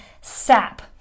sap